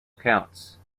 accounts